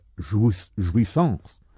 jouissance